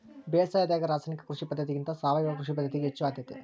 ಬೇಸಾಯದಾಗ ರಾಸಾಯನಿಕ ಕೃಷಿ ಪದ್ಧತಿಗಿಂತ ಸಾವಯವ ಕೃಷಿ ಪದ್ಧತಿಗೆ ಹೆಚ್ಚು ಆದ್ಯತೆ